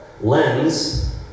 lens